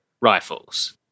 rifles